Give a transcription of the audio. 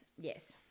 Yes